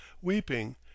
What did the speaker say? weeping